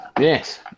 yes